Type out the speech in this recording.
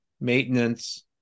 maintenance